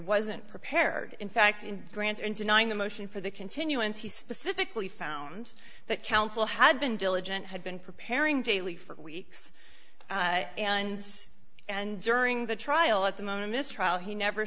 wasn't prepared in fact in grants and denying the motion for the continuance he specifically found that counsel had been diligent had been preparing daily for weeks and months and during the trial at the moment trial he never